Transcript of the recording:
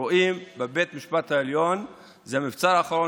רואים את בית המשפט העליון כמבצר האחרון